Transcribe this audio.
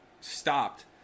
stopped